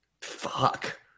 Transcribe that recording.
Fuck